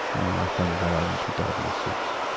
i finally got out in two thousand and six.